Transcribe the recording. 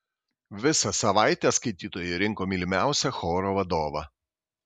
visą savaitę skaitytojai rinko mylimiausią choro vadovą